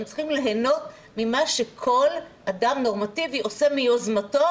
הם צריכים ליהנות ממה שכל אדם נורמטיבי עושה מיוזמתו,